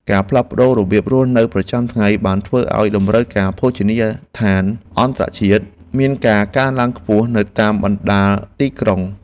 ការផ្លាស់ប្តូររបៀបរស់នៅប្រចាំថ្ងៃបានធ្វើឱ្យតម្រូវការភោជនីយដ្ឋានអន្តរជាតិមានការកើនឡើងខ្ពស់នៅតាមបណ្តាទីក្រុង។